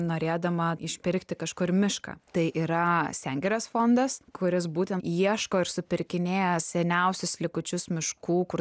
norėdama išpirkti kažkur mišką tai yra sengirės fondas kuris būtent ieško ir supirkinėja seniausius likučius miškų kur